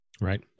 Right